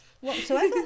whatsoever